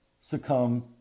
succumb